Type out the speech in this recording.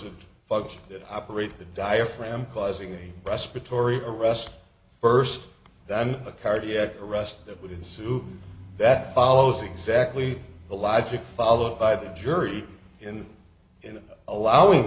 of bugs that operate the diaphragm causing a respiratory arrest first then a cardiac arrest that would ensue that follows exactly the logic followed by the jury in in allowing